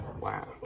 wow